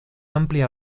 amplia